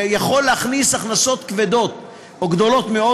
שיכול להכניס הכנסות כבדות או גדולות מאוד